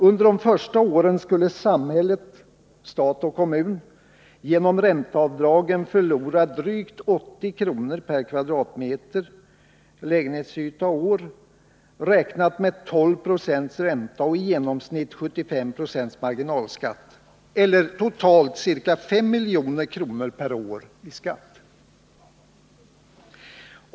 Under de första åren skulle samhället, stat och kommun, genom ränteavdragen förlora drygt 80 kr./m? lägenhetsyta och år, räknat med 12 96 ränta och i genomsnitt 75 26 marginalskatt, eller totalt ca 5 milj.kr. per år i skatt.